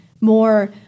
more